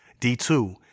D2